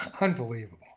Unbelievable